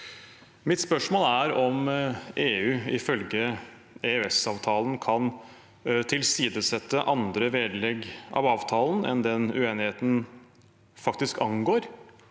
Mitt spørsmål er om EU ifølge EØS-avtalen kan tilsidesette andre vedlegg av avtalen enn det uenigheten faktisk angår,